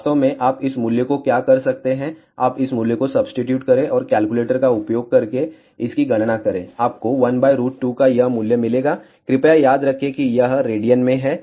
वास्तव में आप इस मूल्य को क्या कर सकते हैं आप इस मूल्य को सब्सीट्यूट करें और कैलकुलेटर का उपयोग करके इसकी गणना करें आपको 12 का यह मूल्य मिलेगा कृपया याद रखें कि यह रेडियन में है